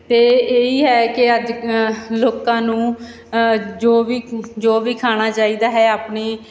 ਅਤੇ ਇਹੀ ਹੈ ਕਿ ਅੱਜ ਲੋਕਾਂ ਨੂੰ ਜੋ ਵੀ ਜੋ ਵੀ ਖਾਣਾ ਚਾਹੀਦਾ ਹੈ ਆਪਣੀ